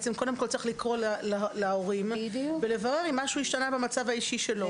קודם כל צריך לקרוא להורים ולברר אם משהו השתנה במצב האישי שלו.